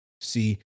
See